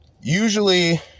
Usually